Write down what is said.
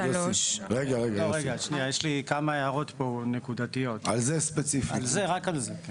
כמה הערות נקודתיות לגבי עניין זה: